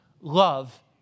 Love